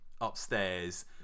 upstairs